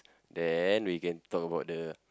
then we can talk about the